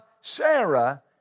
Sarah